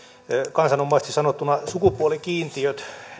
kansanomaisesti sanottuna sukupuolikiintiöt